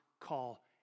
call